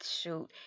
shoot